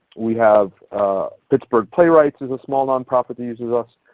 we have pittsburgh playwrights is a small nonprofit that uses us.